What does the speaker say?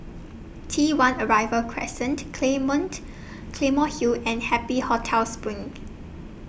T one Arrival Crescent Clayment Claymore Hill and Happy Hotel SPRING